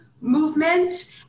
movement